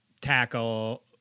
tackle